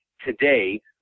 today